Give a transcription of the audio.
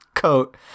coat